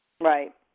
Right